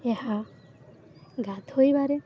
ଏହା ଗାଧୋଇବାରେ